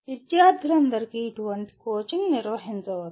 విద్యార్థులందరికీ ఇటువంటి కోచింగ్ నిర్వహించవచ్చు